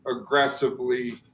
aggressively